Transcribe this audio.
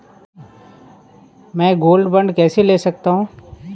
मैं gold bond कैसे ले सकता हूँ?